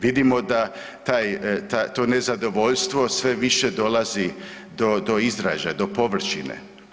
Vidimo da to nezadovoljstvo sve više dolazi do izražaja, do površine.